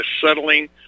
settling